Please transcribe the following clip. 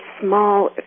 small